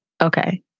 Okay